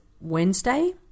Wednesday